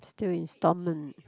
still instalment